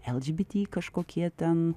lgbt kažkokie ten